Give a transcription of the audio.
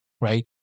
right